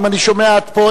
אם אני שומע עד פה,